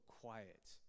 quiet